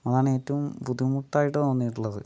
അതാണേറ്റവും ബുദ്ധിമുട്ടായിട്ട് തോന്നിയിട്ടുള്ളത്